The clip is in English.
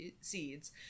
seeds